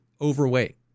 overweight